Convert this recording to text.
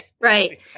right